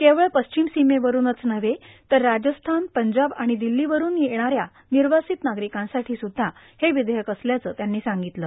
केवळ पश्चिम सिमेवरूनच नव्हे तर राजस्थान पंजाब आणि दिल्ली वरून येणाऱ्या निर्वासित नागरिकांसाठी सुद्धा हे विधेयक असल्याचं त्यांनी सांगितलं